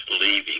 leaving